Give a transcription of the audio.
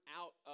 out